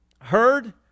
heard